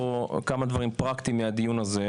אביגדור ליברמן על זה שיש פה פיל בחדר ולא מדברים אותו.